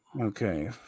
Okay